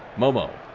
momo,